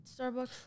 Starbucks